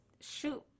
shoot